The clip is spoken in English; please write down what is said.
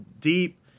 deep